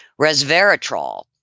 Resveratrol